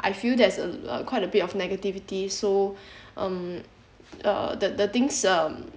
I feel there's a quite a bit of negativity so um uh the the things um